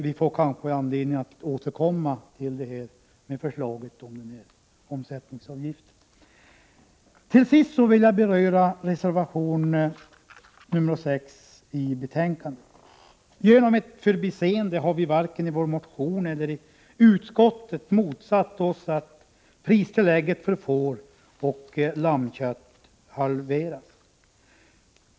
Vi får kanske anledning att återkomma till förslaget om den här omsättningsavgiften. Till sist vill jag beröra reservation nr 6 i betänkandet. Genom ett förbiseende har vi varken i vår motion eller i utskottet motsatt oss att pristillägget för fåroch lammkött halveras.